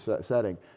setting